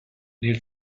nel